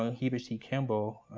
heber c. kimball.